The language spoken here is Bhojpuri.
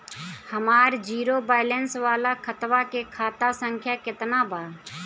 हमार जीरो बैलेंस वाला खतवा के खाता संख्या केतना बा?